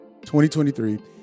2023